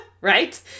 Right